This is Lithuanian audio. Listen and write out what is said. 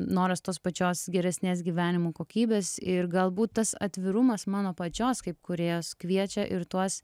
noras tos pačios geresnės gyvenimo kokybės ir galbūt tas atvirumas mano pačios kaip kūrėjos kviečia ir tuos